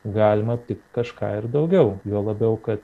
galima aptikt kažką ir daugiau juo labiau kad